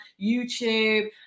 youtube